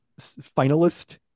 finalist